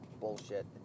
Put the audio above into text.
bullshit